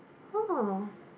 oh